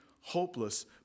hopeless